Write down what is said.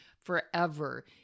forever